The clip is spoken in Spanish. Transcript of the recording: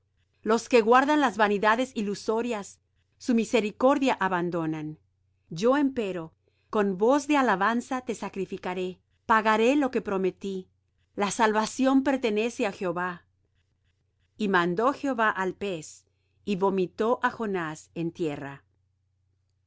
los que guardan las vanidades ilusorias su misericordia abandonan yo empero con voz de alabanza te sacrificaré pagaré lo que prometí la salvación pertenece á jehová y mandó jehová al pez y vomitó á jonás en tierra